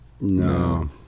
No